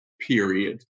period